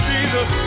Jesus